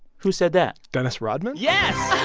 who said that? dennis rodman? yes